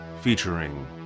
featuring